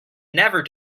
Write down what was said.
never